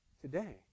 Today